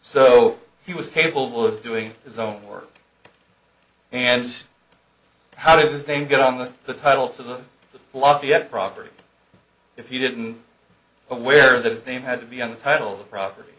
so he was capable of doing his own work and how did his name get on the the title to the lafayette property if you didn't aware that his name had to be on the title of the property